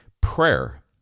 Prayer